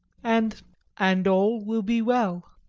and and all will be well.